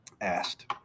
asked